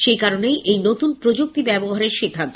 সেই কারণেই এই নতুন প্রযুক্তি ব্যবহারের সিদ্ধান্ত